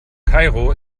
kairo